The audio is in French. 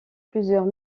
plusieurs